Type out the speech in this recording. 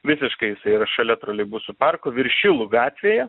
visiškai jisai yra šalia troleibusų parko viršilų gatvėje